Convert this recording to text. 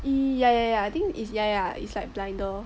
yeah yeah yeah I think is yeah yeah it's like blinder